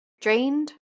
Drained